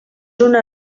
una